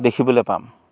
দেখিবলৈ পাম